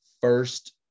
first